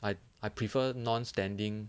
I I prefer non standing